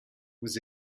was